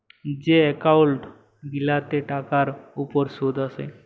যে এক্কাউল্ট গিলাতে টাকার উপর সুদ আসে